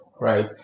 right